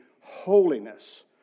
holiness